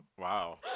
Wow